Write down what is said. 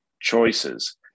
choices